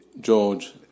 George